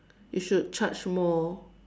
you should charge more